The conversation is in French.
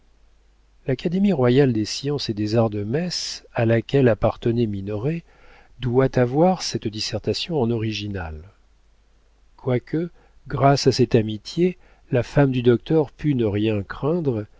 l'académie royale des sciences et des arts de metz à laquelle appartenait minoret doit avoir cette dissertation en original quoique grâce à cette amitié la femme du docteur pût ne rien craindre